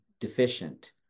deficient